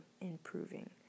Improving